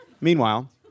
Meanwhile